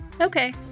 Okay